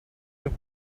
you